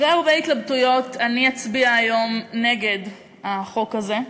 אחרי הרבה התלבטויות אצביע היום נגד החוק הזה,